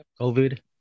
COVID